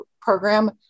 program